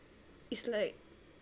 it's like